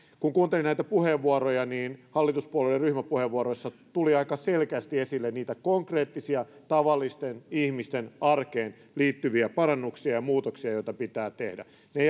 kun kuuntelin näitä puheenvuoroja niin hallituspuolueiden ryhmäpuheenvuoroissa tuli aika selkeästi esille niitä konkreettisia tavallisten ihmisten arkeen liittyviä parannuksia ja muutoksia joita pitää tehdä ne